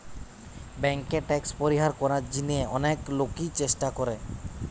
বেঙ্কে ট্যাক্স পরিহার করার জিনে অনেক লোকই চেষ্টা করে